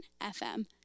FM